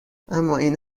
امااین